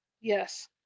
Yes